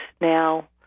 now